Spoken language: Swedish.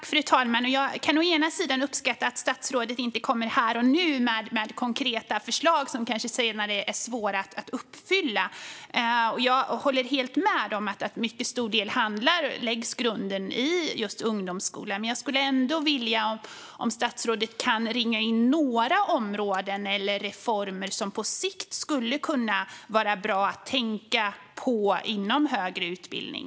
Fru talman! Jag kan å ena sidan uppskatta att statsrådet inte kommer här och nu med konkreta förslag som kanske senare är svåra att förverkliga. Jag håller helt med om att grunden till mycket stor del läggs i just ungdomsskolan. Men jag undrar ändå om statsrådet skulle kunna ringa in några områden eller reformer som på sikt skulle kunna vara bra att tänka på inom högre utbildning.